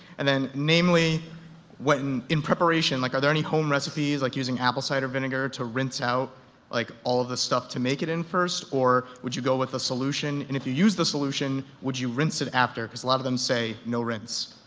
and then namely what in, in preparation like are there any home recipes like using apple cider vinegar to rinse out like all the stuff to make it in first or would you go with a solution? and if you used the solution, would you rinse it after, cause a lot of them say, no rinse?